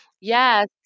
Yes